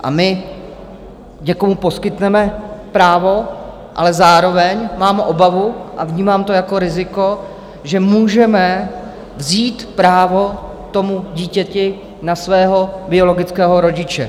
A my někomu poskytneme právo, ale zároveň mám obavu, a vnímám to jako riziko, že můžeme vzít právo tomu dítěti na svého biologického rodiče.